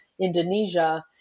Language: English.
Indonesia